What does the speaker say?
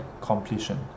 completion